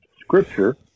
scripture